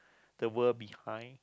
the world behind